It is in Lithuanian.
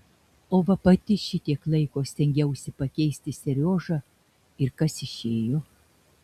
o va pati šitiek laiko stengiausi pakeisti seriožą ir kas išėjo